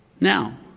Now